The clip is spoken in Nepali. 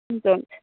हुन्छ हुन्छ